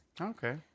Okay